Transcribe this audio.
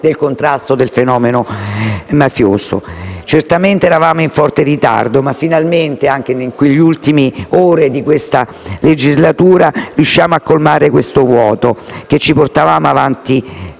del contrasto del fenomeno mafioso. Certamente eravamo in forte ritardo, ma finalmente, anche nelle ultime ore di questa legislatura, riusciamo a colmare questo vuoto che ci portavamo avanti